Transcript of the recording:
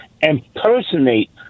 impersonate